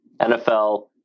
NFL